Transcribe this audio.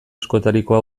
askotarikoa